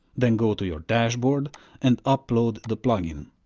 then go to your dashboard and upload the plugin,